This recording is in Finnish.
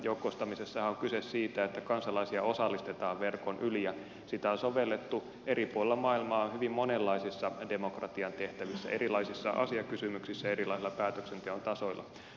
joukkoistamisessahan on kyse siitä että kansalaisia osallistetaan verkon yli ja sitä on sovellettu eri puolilla maailmaa hyvin monenlaisissa demokratian tehtävissä erilaisissa asiakysymyksissä erilaisilla päätöksenteon tasoilla